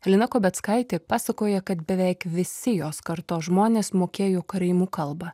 halina kobeckaitė pasakoja kad beveik visi jos kartos žmonės mokėjo karaimų kalbą